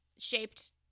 Shaped